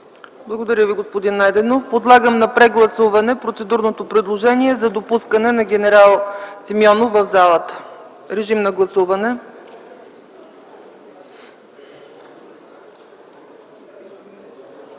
Благодаря Ви, господин Найденов. Подлагам на прегласуване процедурното предложение за допускане на ген. Симеонов в залата. Гласували